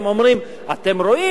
אומרים: אתם רואים,